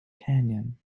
canyon